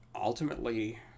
ultimately